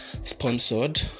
sponsored